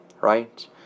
right